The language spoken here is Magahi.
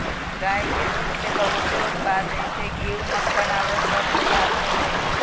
गाय के दूध से बहुते उत्पाद जइसे घीउ, मक्खन आउरो सभ तइयार कएल जाइ छइ